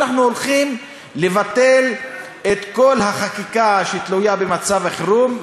אנחנו הולכים לבטל את כל החקיקה שתלויה במצב החירום,